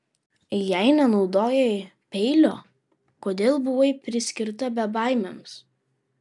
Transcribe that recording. jei nenaudojai peilio kodėl buvai priskirta bebaimiams